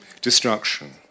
destruction